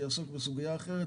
שיעסוק בסוגיה אחרת,